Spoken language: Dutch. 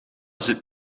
zit